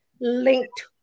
linked